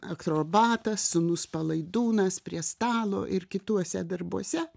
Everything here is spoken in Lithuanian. akrobatas sūnus palaidūnas prie stalo ir kituose darbuose